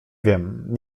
wiem